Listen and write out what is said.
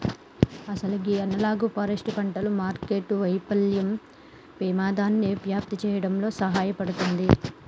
అసలు గీ analog forest పంటలు మార్కెట్టు వైఫల్యం పెమాదాన్ని వ్యాప్తి సేయడంలో సహాయపడుతుంది